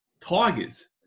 Tigers